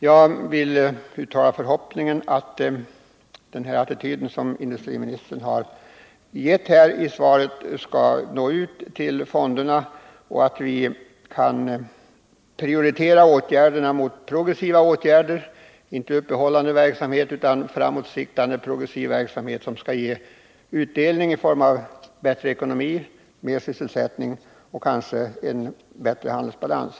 Jag vill uttala förhoppningen att den attityd som industriministern har visat i svaret skall nå ut till fonderna och att vi kan prioritera åtgärderna mot progressiv och framåtsiktande — inte bara upprätthållande — verksamhet som kan ge utdelning i form av bättre ekonomi, högre sysselsättning och kanske en bättre handelsbalans.